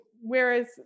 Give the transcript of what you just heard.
whereas